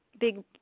big